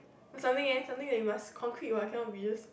something eh something you must concrete what cannot be just